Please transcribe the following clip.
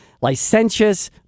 licentious